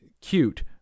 cute